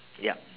yup